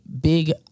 big